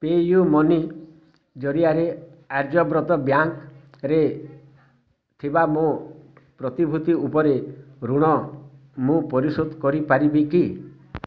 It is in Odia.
ପେୟୁ ମନି ଜରିଆରେ ଆର୍ଯ୍ୟବ୍ରତ ବ୍ୟାଙ୍କ୍ରେ ଥିବା ମୋ ପ୍ରତିଭୂତି ଉପରେ ଋଣ ମୁଁ ପରିଶୋଧ କରିପାରିବି କି